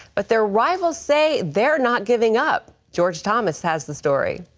but their rivals say they're not giving up. george thomas has the story.